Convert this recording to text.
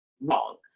wrong